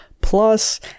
plus